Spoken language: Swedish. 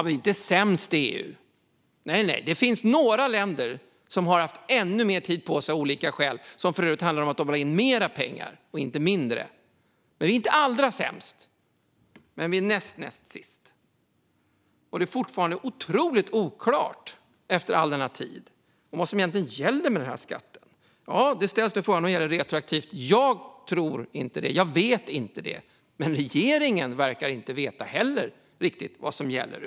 Vi är inte sämst i EU, utan det finns faktiskt några länder som har behövt få ännu mer tid på sig - det är för övrigt för att de vill få in mer pengar och inte mindre - men Sverige är näst näst sist. Efter all denna tid är det fortfarande otroligt oklart vad som egentligen gäller med den här skatten. Nu ställs frågan om den gäller retroaktivt. Jag tror inte det, men jag vet inte. Men regeringen verkar ju inte heller riktigt veta vad som gäller!